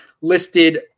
listed